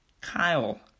Kyle